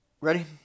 Ready